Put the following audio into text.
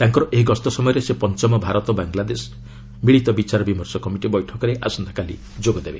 ତାଙ୍କର ଏହି ଗସ୍ତ ସମୟରେ ସେ ପଞ୍ଚମ ଭାରତ ବାଂଲାଦେଶ ମିଳିତ ବିଚାର ବିମର୍ଶ କମିଟି ବୈଠକରେ ଆସନ୍ତାକାଲି ଯୋଗଦେବେ